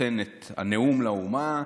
נותן את הנאום לאומה: